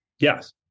Yes